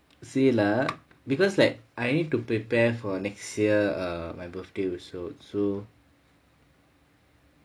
see lah because like I need to prepare for next year err my birthday also so